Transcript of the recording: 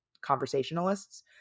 conversationalists